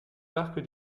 parc